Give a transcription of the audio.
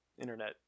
Internet